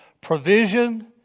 provision